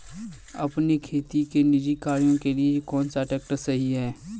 अपने खेती के निजी कार्यों के लिए कौन सा ट्रैक्टर सही है?